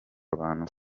abantu